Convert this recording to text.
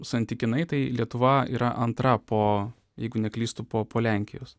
santykinai tai lietuva yra antra po jeigu neklystu po po lenkijos